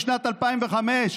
משנת 2005,